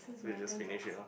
so you just finish it lah